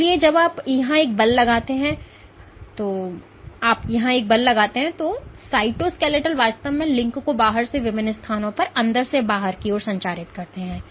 इसलिए जब आप यहां एक बल लगाते हैं तो हमें कहने दें कि आप यहां एक बल लगाते हैं तो ये साइटोस्केलेटल वास्तव में लिंक को बाहर से विभिन्न स्थानों पर अंदर से बाहर की ओर संचारित करते हैं